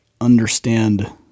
understand